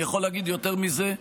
אני יכול להגיד יותר מזה: